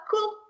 Cool